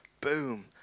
boom